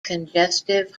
congestive